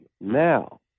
Now